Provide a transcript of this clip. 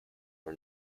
for